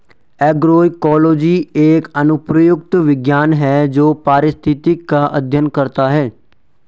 agroecology एक अनुप्रयुक्त विज्ञान है जो पारिस्थितिक का अध्ययन करता है